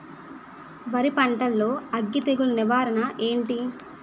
వరి పంటలో అగ్గి తెగులు నివారణ ఏంటి?